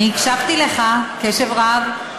אני הקשבתי לך קשב רב.